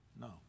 No